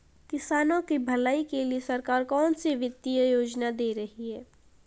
किसानों की भलाई के लिए सरकार कौनसी वित्तीय योजना दे रही है?